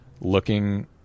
looking